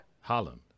Holland